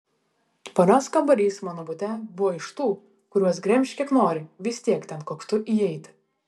vonios kambarys mano bute buvo iš tų kuriuos gremžk kiek nori vis tiek ten koktu įeiti